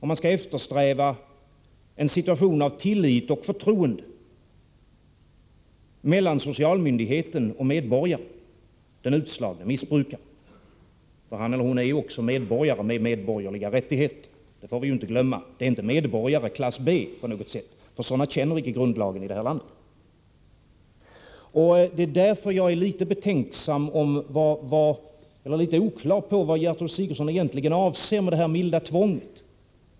Man skall eftersträva en situation av tillit och förtroende mellan socialmyndigheten och medborgaren, dvs. den utslagne missbrukaren. Han eller hon är ju också en medborgare med medborgerliga rättigheter. Det får vi inte glömma. Det är inte på något sätt fråga om missbrukare av klass B, för några sådana känner icke den svenska grundlagen till. Jag är inte riktigt på det klara med vad Gertrud Sigurdsen egentligen avser när hon talar om milt tvång.